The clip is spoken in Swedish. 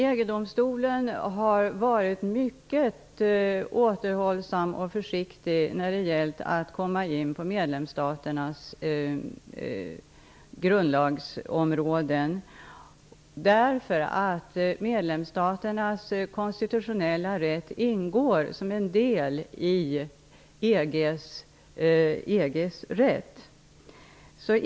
EG-domstolen har varit mycket återhållsam och försiktig när det gäller att komma in på medlemsstaternas grundlagsområden, därför att medlemsstaternas konstitutionella rätt ingår som en del i EG:s rätt.